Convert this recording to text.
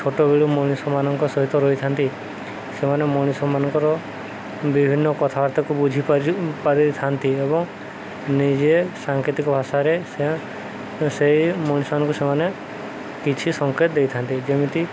ଛୋଟବେଳୁ ମଣିଷମାନଙ୍କ ସହିତ ରହିଥାନ୍ତି ସେମାନେ ମଣିଷମାନଙ୍କର ବିଭିନ୍ନ କଥାବାର୍ତ୍ତାକୁ ବୁଝି ପାରିଥାନ୍ତି ଏବଂ ନିଜେ ସାଙ୍କେତିକ ଭାଷାରେ ସେ ସେଇ ମଣିଷମାନଙ୍କୁ ସେମାନେ କିଛି ସଙ୍କେତ ଦେଇଥାନ୍ତି ଯେମିତି